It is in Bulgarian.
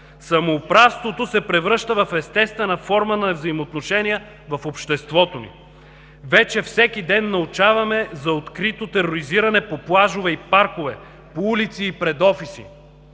Самоуправството се превръща в естествена форма на взаимоотношения в обществото ни. Вече всеки ден научаваме за открито тероризиране по плажове и паркове, по улици и пред офиси.